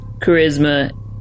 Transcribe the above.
charisma